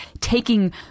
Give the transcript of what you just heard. taking